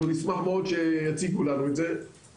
אנחנו נשמח מאוד שיציגו לנו את זה,